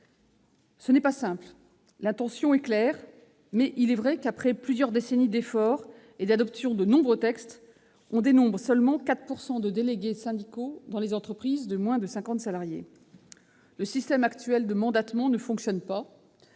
Ce n'est pas simple. L'intention est claire, mais il est vrai qu'après plusieurs décennies d'effort et l'adoption de nombreux textes on dénombre seulement 4 % de délégués syndicaux dans les entreprises de moins de cinquante salariés. Le système actuel de mandatement ne fonctionne pas.